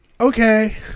Okay